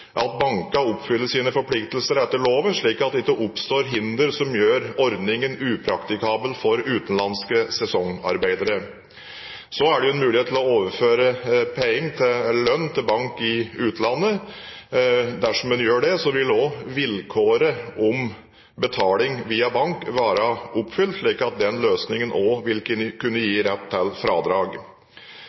at bankene oppfyller sine forpliktelser etter loven, slik at det ikke oppstår hinder som gjør ordningen upraktikabel for utenlandske sesongarbeidere. Så er det jo en mulighet til å overføre penger, lønn, til bank i utlandet. Dersom en gjør det, vil også vilkåret om betaling via bank være oppfylt, slik at også denne løsningen vil kunne gi rett til fradrag.